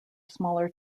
smaller